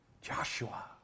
Joshua